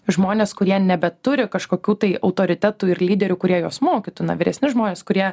žmonės kurie nebeturi kažkokių tai autoritetų ir lyderių kurie juos mokytų na vyresni žmonės kurie